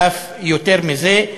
ואף יותר מזה.